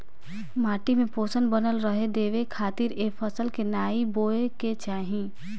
माटी में पोषण बनल रहे देवे खातिर ए फसल के नाइ बोए के चाही